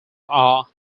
are